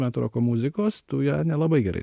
metų roko muzikos tu ją nelabai gerai